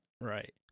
Right